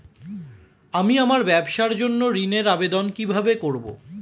আমি আমার ব্যবসার জন্য ঋণ এর আবেদন কিভাবে করব?